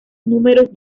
números